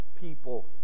people